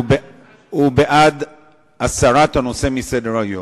הוא בעד הסרת הנושא מסדר-היום.